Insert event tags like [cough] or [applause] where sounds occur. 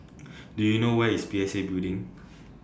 [noise] Do YOU know Where IS P S A Building